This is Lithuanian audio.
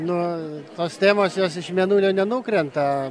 nu tos temos jos iš mėnulio nenukrenta